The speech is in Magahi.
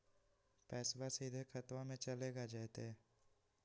पैसाबा सीधे खतबा मे चलेगा जयते?